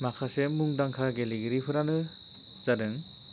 माखासे मुंदांखा गेलेगिरिफोरानो जादों